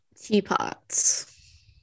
Teapots